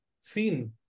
seen